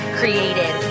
created